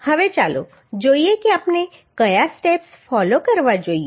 હવે ચાલો જોઈએ કે આપણે કયા સ્ટેપ્સ ફોલો કરવા જોઈએ